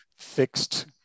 Fixed